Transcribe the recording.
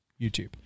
YouTube